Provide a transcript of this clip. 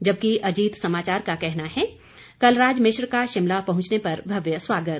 जबकि अजीत समाचार का कहना है कलराज मिश्र का शिमला पहुंचने पर भव्य स्वागत